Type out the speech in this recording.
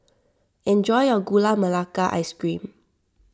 enjoy your Gula Mlaka Ice Cream